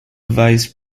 vice